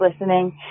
listening